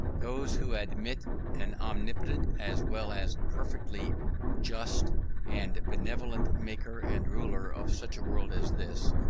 those who admit an omnipotent as well as perfectly just and benevolent maker and ruler of such a world as this,